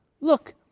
Look